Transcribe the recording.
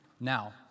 now